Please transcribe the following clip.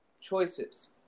choices